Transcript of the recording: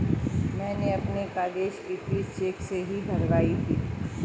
मैंने अपनी कॉलेज की फीस चेक से ही भरवाई थी